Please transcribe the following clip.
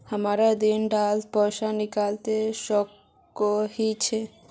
हमरा दिन डात पैसा निकलवा सकोही छै?